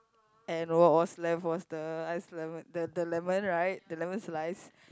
and what was left was the iced lemon the the lemon right the lemon slice